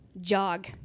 jog